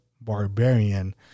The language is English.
Barbarian